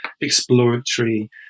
exploratory